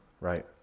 right